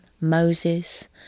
moses